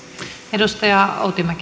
arvoisa